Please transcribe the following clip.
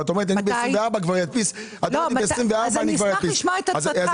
את אומרת שאת תדפיסי כבר בשביל 2024. אני אשמח לשמוע את עצתך,